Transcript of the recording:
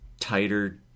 tighter